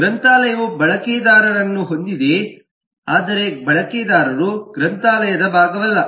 ಗ್ರಂಥಾಲಯವು ಬಳಕೆದಾರರನ್ನು ಹೊಂದಿದೆ ಆದರೆ ಬಳಕೆದಾರರು ಗ್ರಂಥಾಲಯದ ಭಾಗವಲ್ಲ